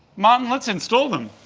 martin, let's install them!